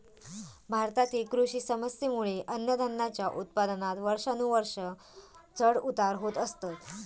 भारतातील कृषी समस्येंमुळे अन्नधान्याच्या उत्पादनात वर्षानुवर्षा चढ उतार होत असतत